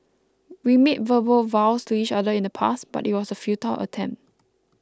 we made verbal vows to each other in the past but it was a futile attempt